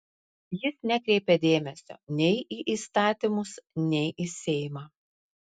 jis nekreipia dėmesio nei į įstatymus nei į seimą